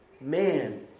man